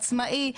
עצמאי,